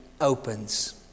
opens